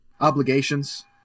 obligations